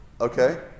Okay